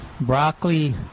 broccoli